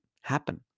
happen